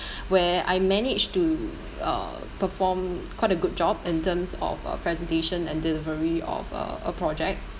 where I managed to uh perform quite a good job in terms of uh presentation and delivery of uh a project